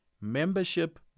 membership